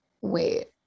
wait